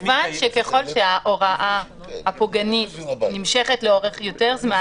כמובן שככל שההוראה הפוגענית נמשכת לאורך יותר זמן,